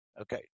okay